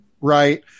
Right